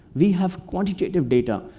we have quantitative data,